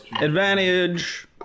Advantage